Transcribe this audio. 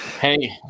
hey